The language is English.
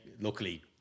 luckily